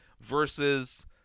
versus